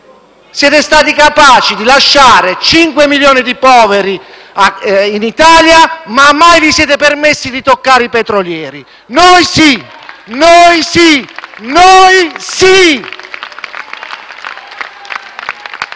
Siete stati capaci di lasciare 5 milioni di poveri in Italia, ma mai vi siete permessi di toccare i petrolieri. Noi sì! Noi sì! Noi sì!